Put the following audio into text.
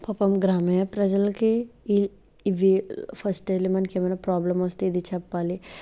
పాపం గ్రామీణ ప్రజలకి ఇ ఇవి ఫస్ట్ వెళ్ళి మనకి ఏమన్నా ప్రాబ్లమ్ వస్తే ఇది చెప్పాలి